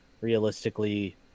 realistically